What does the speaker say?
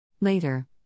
Later